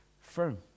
firm